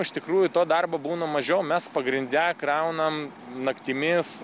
iš tikrųjų to darbo būna mažiau mes pagrinde kraunam naktimis